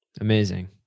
Amazing